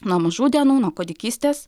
nuo mažų dienų nuo kūdikystės